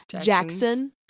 Jackson